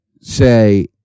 say